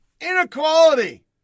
Inequality